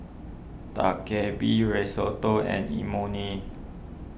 Dak Galbi Risotto and Imoni